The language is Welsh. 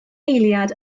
eiliad